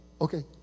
okay